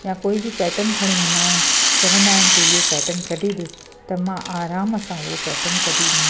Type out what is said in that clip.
या कोई बि पैटन खणी ईंदा आहिनि चवंदा आहिनि कि इहो पेटन कढी ॾे त मां आराम सां उहो पेटन कढी ॾींदी आहियां